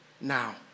now